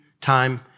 time